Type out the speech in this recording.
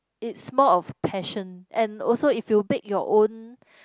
it's more of passion and also if you bake your own